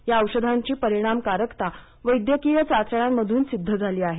या औषधांची परिणामकारकता वैद्यकीय चाचण्यांमधून सिद्ध झाली आहे